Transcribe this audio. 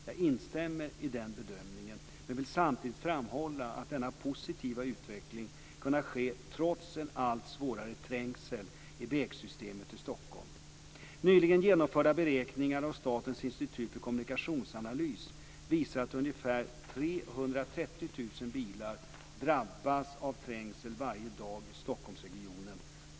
Jag instämmer i den bedömningen men vill samtidigt framhålla att denna positiva utveckling kunnat ske trots en allt svårare trängsel i vägsystemet i Stockholm. Nyligen genomförda beräkningar av Statens institut för kommunikationsanalys visar att ungefär 330 000 bilar drabbas av trängsel varje dag i Stockholmsregionen.